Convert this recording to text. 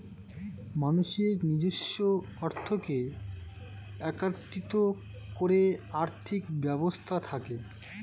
মানুষের নিজস্ব অর্থকে একত্রিত করে আর্থিক ব্যবস্থা থাকে